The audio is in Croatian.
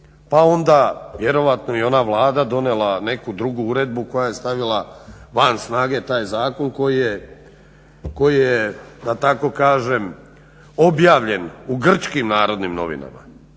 Pa onda vjerojatno i ona Vlada donijela neku drugu uredbu koja je stavila van snage taj zakon koji je da tako kažem objavljen u grčkim narodnim novinama.